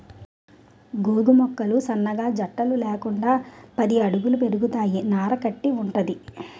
గోగు మొక్కలు సన్నగా జట్టలు లేకుండా పది అడుగుల పెరుగుతాయి నార కట్టి వుంటది